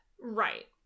Right